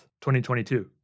2022